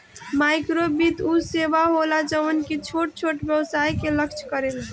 माइक्रोवित्त उ सेवा होला जवन की छोट छोट व्यवसाय के लक्ष्य करेला